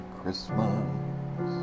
Christmas